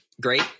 Great